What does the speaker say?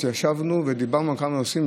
התיישבנו ודיברנו על כמה נושאים.